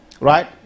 right